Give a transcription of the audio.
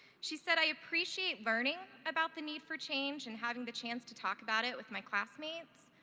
she said, i appreciate learning about the need for change and having the chance to talk about it with my classmates,